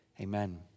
amen